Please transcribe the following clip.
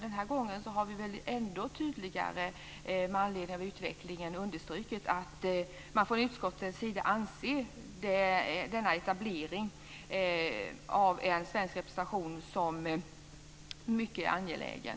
Den här gången har vi ännu tydligare, med anledning av utvecklingen, understrukit att utskottet anser denna etablering av en svensk representation som mycket angelägen.